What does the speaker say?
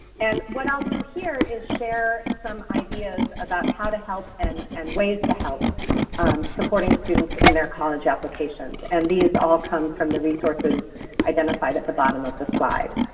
and what i'll do here is share some ideas about how to help and and ways to help supporting students in their college applications, and these all come from the resources identified at the bottom of the slide.